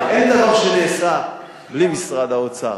אין דבר שנעשה בלי משרד האוצר,